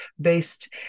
based